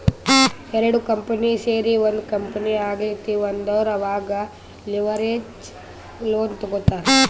ಎರಡು ಕಂಪನಿ ಸೇರಿ ಒಂದ್ ಕಂಪನಿ ಆಗ್ಲತಿವ್ ಅಂದುರ್ ಅವಾಗ್ ಲಿವರೇಜ್ ಲೋನ್ ತಗೋತ್ತಾರ್